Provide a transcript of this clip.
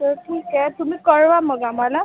तर ठीक आहे तुम्ही कळवा मग आम्हाला